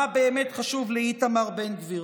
במה שבאמת חשוב לאיתמר בן גביר.